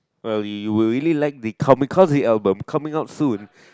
well you'll really like the comic cosy album coming out soon